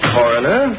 coroner